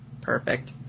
perfect